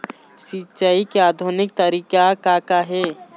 सिचाई के आधुनिक तरीका का का हे?